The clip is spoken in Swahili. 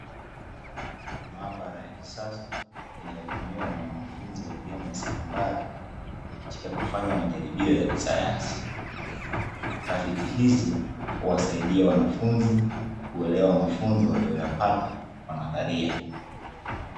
Maabara ya kisasa inayotumiwa na wanafunzi wa elimu ya sekondari katika kufanya majaribio ya kisayansi. Tafiti hizi huwasaidia wanafunzi kuelewa mafunzo waliyoyapata kwa nadharia.